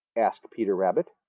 asked peter rabbit.